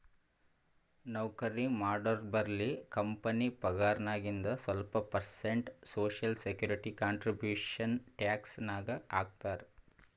ನೌಕರಿ ಮಾಡೋರ್ಬಲ್ಲಿ ಕಂಪನಿ ಪಗಾರ್ನಾಗಿಂದು ಸ್ವಲ್ಪ percent social security contribution tax ನಾಗ್ ಹಾಕ್ತಾರ್